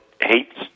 hates